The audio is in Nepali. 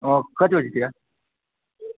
अँ कति बजीतिर